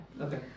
Okay